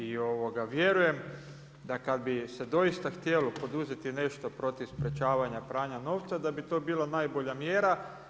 I vjerujem da kada bi se doista htjelo poduzeti nešto protiv sprječavanja pranja novca da bi to bila najbolja mjera.